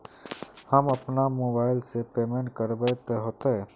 हम अपना मोबाईल से पेमेंट करबे ते होते?